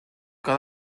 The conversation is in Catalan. que